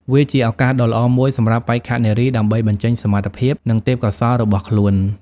វាជាឱកាសដ៏ល្អមួយសម្រាប់បេក្ខនារីដើម្បីបញ្ចេញសមត្ថភាពនិងទេពកោសល្យរបស់ខ្លួន។